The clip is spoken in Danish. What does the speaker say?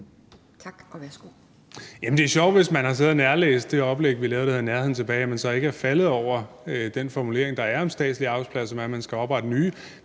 Tak, og værsgo.